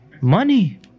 Money